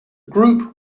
group